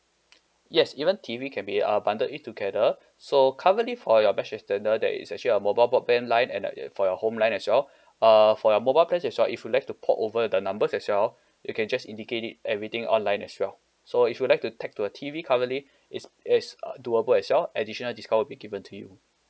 yes even T_V can be uh bundle it together so currently for your mesh extender there is actually a mobile broadband line and that for your home line as well uh for your mobile plans as well if you'd like to port over the numbers as well you can just indicate it everything online as well so if you would like to tag to a T_V currently it's it's uh doable as well additional discount be given to you